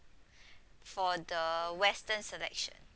for the western selection